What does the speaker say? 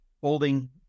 holding